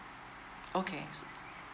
okay